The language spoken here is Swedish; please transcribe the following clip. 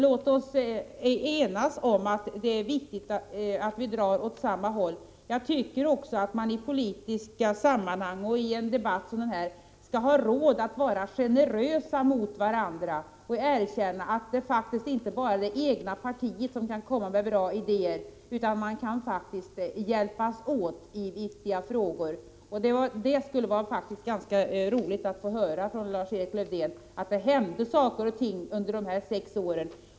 Låt oss enas om att det är viktigt att vi drar åt samma håll. Jag tycker också att vi i politiska sammanhang och i en debatt som denna skall ha råd att vara generösa mot varandra och erkänna att det faktiskt inte bara är det egna partiet som kan komma med bra idéer, utan man kan faktiskt hjälpas åt i viktiga frågor. Det skulle vara ganska roligt att få höra från Lars-Erik Lövdén att det hände saker och ting under dessa sex år.